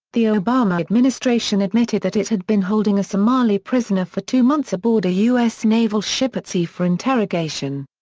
the obama administration admitted that it had been holding a somali prisoner for two months aboard a u s. naval ship at sea for interrogation.